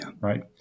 right